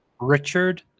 Richard